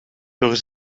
door